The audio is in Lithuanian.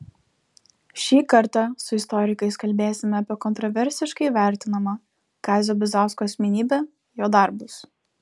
šį kartą su istorikais kalbėsime apie kontraversiškai vertinamą kazio bizausko asmenybę jo darbus